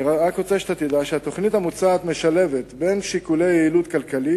רק רוצה שתדע שהתוכנית המוצעת משלבת בין שיקולי יעילות כלכלית